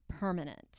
permanent